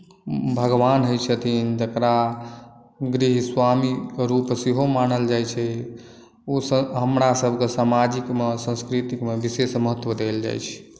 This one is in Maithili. भगवान होइ छथिन जकरा गृहस्वामी रुप सेहो मानल जाइ छै ओ सभ हमरा सभके सामाजिकमे सांस्कृतिकमे विशेष महत्व देल जाइछै